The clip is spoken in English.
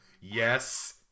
Yes